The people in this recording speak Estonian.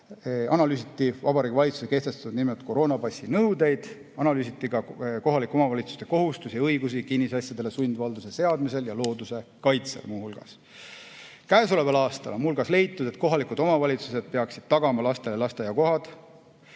Analüüsiti Vabariigi Valitsuse kehtestatud niinimetatud koroonapassi nõudeid, analüüsiti ka kohalike omavalitsuste kohustusi ja õigusi kinnisasjadele sundvalduse seadmisel ja muu hulgas looduse kaitsel. Käesoleval aastal on leitud, et kohalikud omavalitsused peaksid tagama lastele lasteaiakohad.